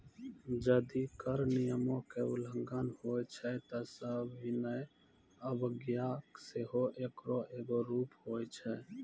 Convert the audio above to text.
जदि कर नियमो के उल्लंघन होय छै त सविनय अवज्ञा सेहो एकरो एगो रूप होय छै